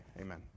Amen